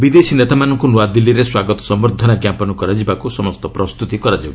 ବିଦେଶୀ ନେତାମାନଙ୍କୁ ନୂଆଦିଲ୍ଲୀରେ ସ୍ୱାଗତ ସମ୍ବର୍ଦ୍ଧନା ଜ୍ଞାପନ କରାଯିବାକୁ ସମସ୍ତ ପ୍ରସ୍ତୁତି କରାଯାଉଛି